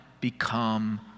become